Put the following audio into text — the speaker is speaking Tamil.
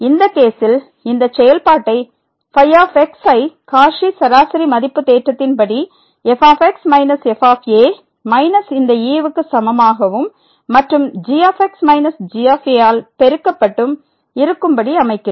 இந்த கேசில் இந்த செயல்பாட்டை ϕ ஐ காச்சி சராசரி மதிப்பு தேற்றத்தின்படி f x f a minus இந்த ஈவுக்கு சமமாகவும் மற்றும் g x g ஆல் பெருக்கப்பட்டும் இருக்கும்படி அமைக்கிறோம்